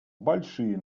большие